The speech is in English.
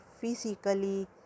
physically